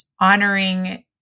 honoring